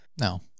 no